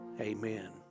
Amen